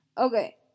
Okay